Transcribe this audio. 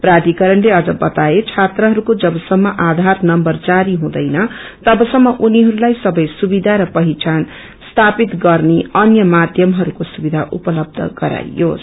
प्राधिकरणले अझ बताए छत्रहरूको जवसम्प आधार नम्बर जारी हुँदैन तवसम्प उनिजहरूलाई सबै सुविधा र पहिचान स्थापित गर्ने अन्य माध्यमहरूको सुविधा उपलब्ध गराईयोस